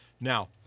Now